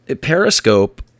Periscope –